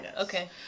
Okay